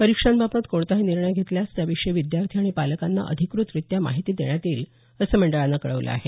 परीक्षांबाबत कोणताही निर्णय घेतल्यास त्याविषयी विद्यार्थी आणि पालकांना अधिक्रतरित्या माहिती देण्यात येईल असं मंडळानं कळवलं आहे